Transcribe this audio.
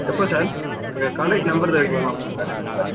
எப்போ சார் எங்கள் contact number தர்றீங்களா உங்கள் காண்டாக்ட் நம்பர்